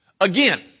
Again